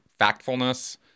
factfulness